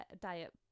diet